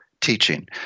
teaching